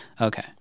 okay